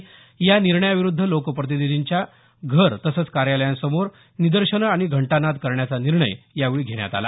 आरक्षण स्थगितीच्या निर्णयाविरुद्ध लोकप्रतिनिधींच्या घर तसंच कार्यालयासमोर निदर्शनं आणि घंटानाद करण्याचा निर्णय यावेळी घेण्यात आला